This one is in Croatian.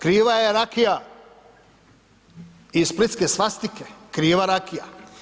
Kriva je rakija i splitske svastika, kriva rakija.